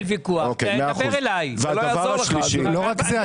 לא רק זה,